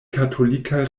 katolikaj